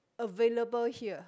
available here